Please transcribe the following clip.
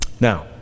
Now